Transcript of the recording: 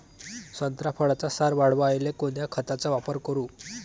संत्रा फळाचा सार वाढवायले कोन्या खताचा वापर करू?